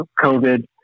COVID